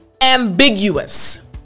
Ambiguous